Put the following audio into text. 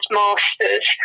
masters